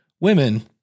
women